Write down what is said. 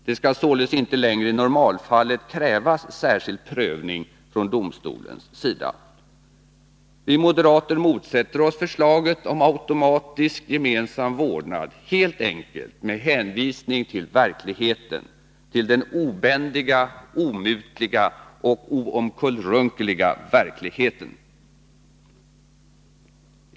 Det skall således inte längre i normalfallet krävas särskild prövning från domstolens sida. Vi moderater motsätter oss förslaget om automatisk gemensam vårdnad helt enkelt med hänvisning till verkligheten, till den obändiga, omutliga och oomkullrunkeliga verkligheten.